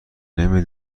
نمی